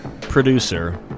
producer